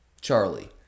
Charlie